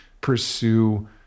pursue